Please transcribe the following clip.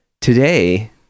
today